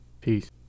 Peace